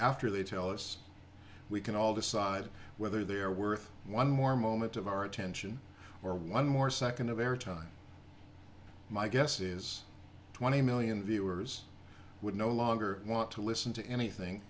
after they tell us we can all decide whether they're worth one more moment of our attention or one more second of air time my guess is twenty million viewers would no longer want to listen to anything